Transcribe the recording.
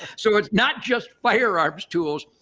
so it's not just firearms tools.